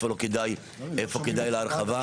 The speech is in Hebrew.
שעדיין לא הורחב בהם השימוש,